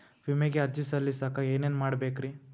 ವಿಮೆಗೆ ಅರ್ಜಿ ಸಲ್ಲಿಸಕ ಏನೇನ್ ಮಾಡ್ಬೇಕ್ರಿ?